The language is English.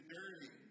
dirty